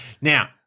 Now